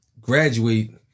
graduate